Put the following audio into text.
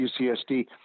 UCSD